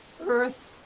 earth